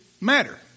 matter